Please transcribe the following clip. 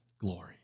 glory